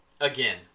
again